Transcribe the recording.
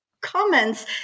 Comments